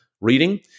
reading